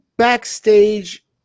Backstage